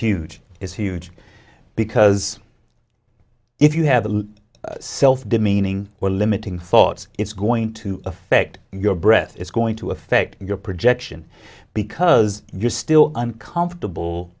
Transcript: huge is huge because if you have a self demeaning or limiting thoughts it's going to affect your breath is going to affect your projection because you're still uncomfortable